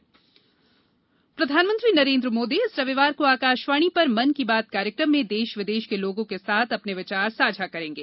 मन की बात प्रधानमंत्री नरेन्द्र मोदी आगामी रविवार को आकाशवाणी पर मन की बात कार्यक्रम में देश विदेश के लोगों के साथ अपने विचार साझा करेंगे